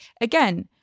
again